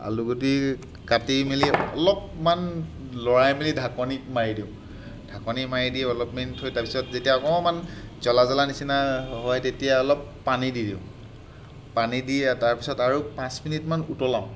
আলুগুটি কাটি মেলি অলপমান লৰাই মেলি ঢাকনি মাৰি দিওঁ ঢাকনি মাৰি দি অলপ মিনিট থৈ তাৰপিছত অকণমান জ্বলা জ্বলা নিচিনা হয় তেতিয়া অলপ পানী দি দিওঁ পানী দি তাৰপিছত আৰু পাঁচ মিনিটমান উতলাওঁ